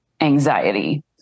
anxiety